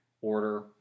order